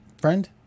friend